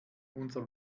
unser